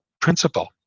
principle